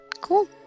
cool